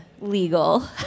legal